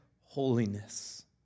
holiness